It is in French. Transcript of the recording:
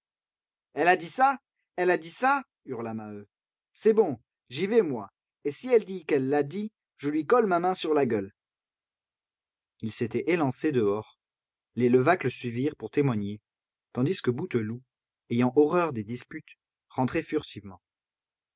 elle a dit ça elle a dit ça hurla maheu c'est bon j'y vais moi et si elle dit qu'elle l'a dit je lui colle ma main sur la gueule il s'était élancé dehors les levaque le suivirent pour témoigner tandis que bouteloup ayant horreur des disputes rentrait furtivement